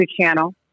channel